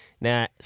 Now